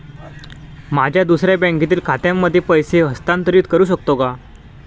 माझ्या दुसऱ्या बँकेतील खात्यामध्ये पैसे हस्तांतरित करू शकतो का?